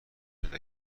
پیدا